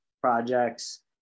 projects